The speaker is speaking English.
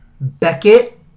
Beckett